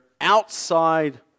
outside